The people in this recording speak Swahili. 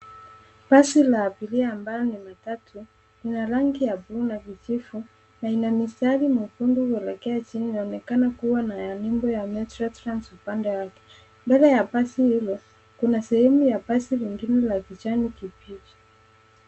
Basi la abiria ambalo ni matatu lina rangi ya bluu na kijivu, na ina mistari mekundu kuelekea chini. Inaonekana kuwa na nembo ya Metrotrans upande wake. Mbele ya basi hilo, kuna sehemu ya basi lingine la kijani kibichi.